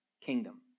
kingdom